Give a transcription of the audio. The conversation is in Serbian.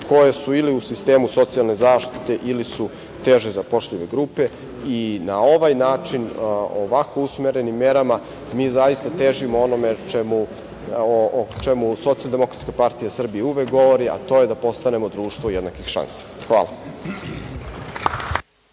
koje su ili u sistemu socijalne zaštite ili su teže zapošljive grupe. Na ovaj način, ovako usmerenim merama, mi zaista težimo onome o čemu SDPS uvek govori, a to je da postanemo društvo jednakih šansi. Hvala.